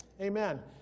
Amen